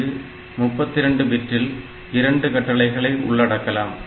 இங்கு 32 பிட்டில் 2 கட்டளைகளை உள்ளடக்கலாம்